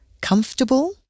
comfortable